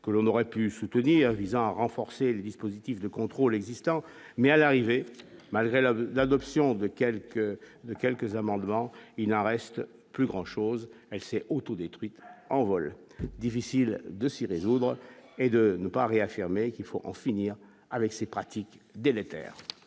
que l'on aurait pu soutenir visant à renforcer les dispositifs de contrôle existant, mais à l'arrivée, malgré la d'adoption de quelques de quelques amendements, il n'en reste plus grand chose, elle s'est auto-détruite en vol, difficile de s'y résoudre et de ne pas a réaffirmé qu'il faut en finir avec ces pratiques délétères.